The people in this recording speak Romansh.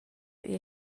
igl